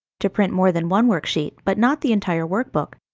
to print more than one worksheet but not the entire workbook,